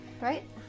Right